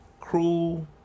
cruel